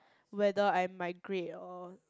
whether I migrate or